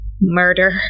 Murder